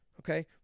Okay